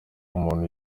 umuntu